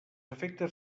efectes